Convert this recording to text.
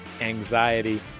anxiety